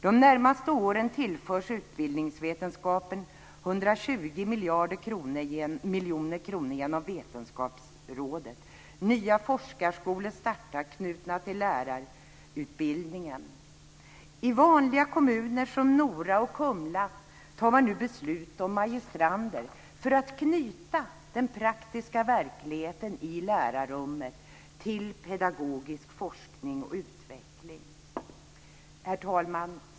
De närmaste åren tillförs utbildningsvetenskapen 120 miljoner kronor genom Vetenskapsrådet. Nya forskarskolor startar knutna till lärarutbildningen. I vanliga kommuner som Nora och Kumla fattar man nu beslut om magistrander för att knyta den praktiska verkligheten i lärarrummet till pedagogisk forskning och utveckling. Herr talman!